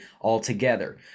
altogether